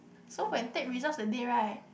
so when take results that day right